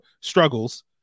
struggles